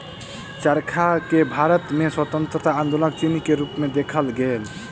चरखा के भारत में स्वतंत्रता आन्दोलनक चिन्ह के रूप में देखल गेल